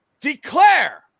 declare